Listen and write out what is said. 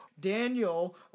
Daniel